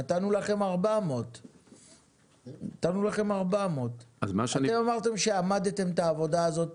נתנו לכם 400. נתנו לכם 400. אתם אמרתם שאמדתם את העבודה הזאת